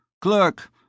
Clerk